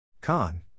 Khan